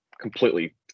completely